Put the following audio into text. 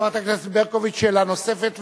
חברת הכנסת ברקוביץ, שאלה נוספת.